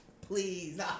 please